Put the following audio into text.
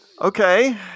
Okay